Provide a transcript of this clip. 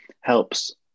helps